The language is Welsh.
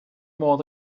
modd